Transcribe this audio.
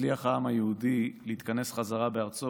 הצליח העם היהודי להתכנס חזרה בארצו